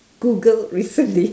googled recently